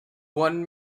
one